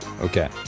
Okay